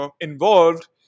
involved